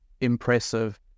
impressive